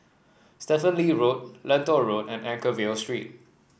Stephen Lee Road Lentor Road and Anchorvale Street